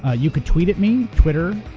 ah you could tweet at me, twitter,